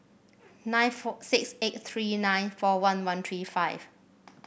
nine four six eight three nine four one one three five